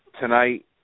tonight